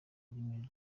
rurimi